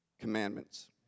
commandments